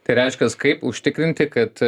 tai reiškias kaip užtikrinti kad